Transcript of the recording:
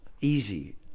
easy